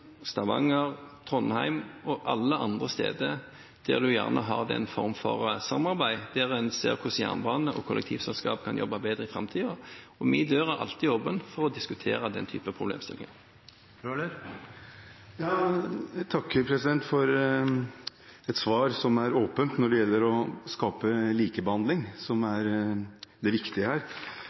Stavanger, Trondheim og alle andre steder der man kan ha den formen for samarbeid – der en ser hvordan jernbane og kollektivselskap kan jobbe bedre i framtiden. Min dør er alltid åpen for å diskutere den typen problemstillinger. Jeg takker for et svar som er åpent når det gjelder å skape likebehandling, som er det viktige her.